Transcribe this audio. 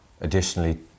Additionally